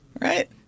right